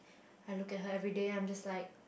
I look at her everyday and I'm just like